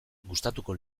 gustatuko